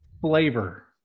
flavor